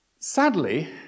Sadly